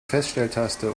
feststelltaste